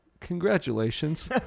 congratulations